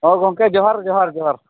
ᱦᱮᱸ ᱜᱚᱝᱠᱮ ᱡᱚᱦᱟᱨ ᱡᱚᱦᱟᱨ ᱡᱚᱦᱟᱨ